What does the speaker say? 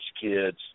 kids